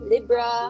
Libra